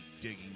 digging